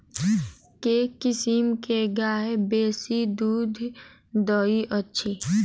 केँ किसिम केँ गाय बेसी दुध दइ अछि?